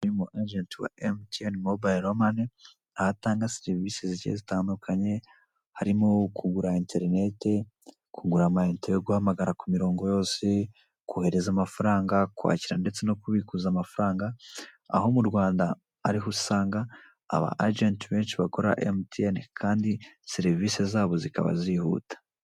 Inzu y'umwagenti wa MTN Mobiro Mane, aho atanga serivisi zigiye zitandukanye, harimo: kugura interineti, kugura amayinite yo guhamagara ku mirongo yose, kohereza amafaranga, kwakira ndetse no kubikuza amafaranga, aho mu Rwanda ari ho usanga abagenti benshi ba MTN kandi serivisi zabo zikaba zihuta.